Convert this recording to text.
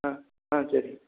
ஆ ஆ சரிங்க